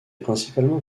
principalement